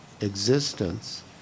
existence